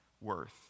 worth